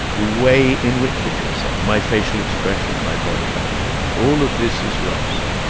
the way in which it is said, my facial expression, my body language all of this is lost,